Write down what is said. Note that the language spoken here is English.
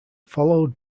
followed